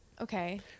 Okay